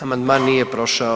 Amandman nije prošao.